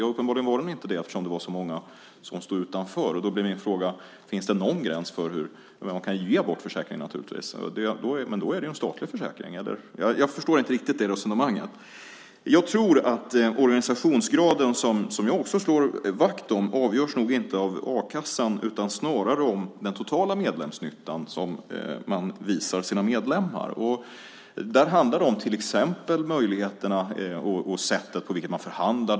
Ja, uppenbarligen var den inte det eftersom så många ju stod utanför. Då är min fråga: Finns det någon gräns för hur generös man ska vara? Man kan ge bort försäkringar förstås, men då är det ju en statlig försäkring. Jag förstår inte riktigt det resonemanget. Vi tror att organisationsgraden, som jag också slår vakt om, inte avgörs av a-kassan utan snarare av den totala medlemsnyttan som man visar sina medlemmar. Där handlar det om möjligheterna och sättet på vilket man förhandlar.